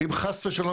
ואם חס ושלום,